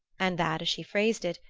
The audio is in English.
and that, as she phrased it,